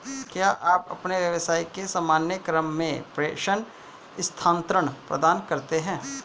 क्या आप अपने व्यवसाय के सामान्य क्रम में प्रेषण स्थानान्तरण प्रदान करते हैं?